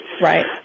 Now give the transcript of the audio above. Right